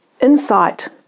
insight